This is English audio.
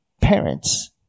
Parents